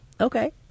Okay